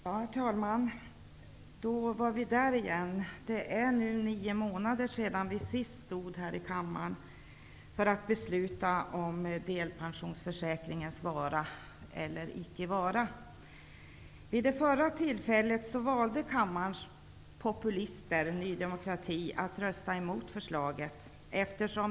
Herr talman! Ja, så är vi där igen. Det är ju nu nio månader sedan vi här i kammaren senast var i färd med att besluta om delpensionsförsäkringens vara eller icke vara. Vid förra tillfället valde kammarens populister, Ny demokrati, att rösta emot förslaget.